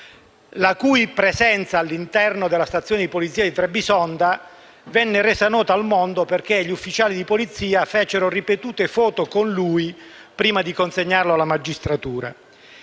la cui presenza all'interno della stazione di polizia di Trebisonda venne resa nota al mondo perché gli ufficiali di polizia fecero ripetute foto con lui prima di consegnarlo alla magistratura.